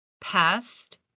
past